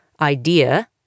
idea